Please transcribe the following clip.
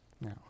Now